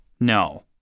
No